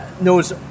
Knows